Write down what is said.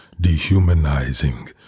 dehumanizing